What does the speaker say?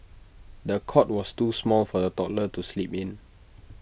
the cot was too small for the toddler to sleep in